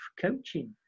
coaching